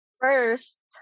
First